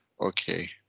okay